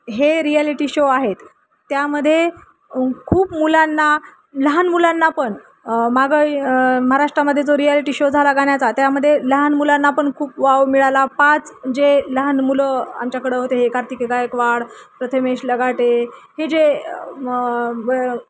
हे reality show आहेत त्यामध्ये खूप मुलांना लहान मुलांना पण मागं महाराष्ट्रामध्ये जो रियालिटी शो झाला गााण्याचा त्यामध्ये लहान मुलांना पण खूप वाव मिळाला पाच जे लहान मुलं आमच्याकडं होते हे कार्तिकी गायकवाड प्रथमेश लघाटे हे जे